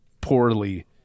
poorly